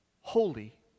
holy